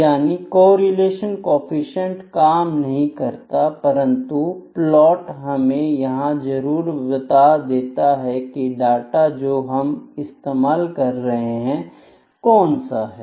यानी correlation coefficient काम नहीं करता परंतु प्लॉट हमें यह जरूर बता देता है की डाटा जो हम इस्तेमाल कर रहे हैं कौन सा है